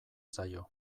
zaio